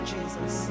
Jesus